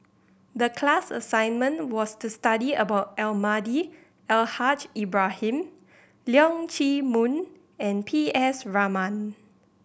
the class assignment was to study about Almahdi Al Haj Ibrahim Leong Chee Mun and P S Raman